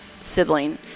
sibling